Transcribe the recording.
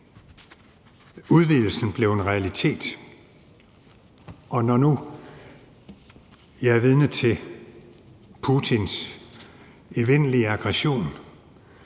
Udvidelsen blev en realitet, og når nu jeg er vidne til Putins evindelige aggression